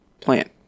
plant